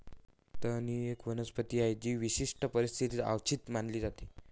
तण ही एक वनस्पती आहे जी विशिष्ट परिस्थितीत अवांछित मानली जाते